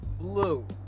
blue